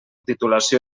titulació